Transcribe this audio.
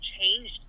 changed